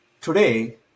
today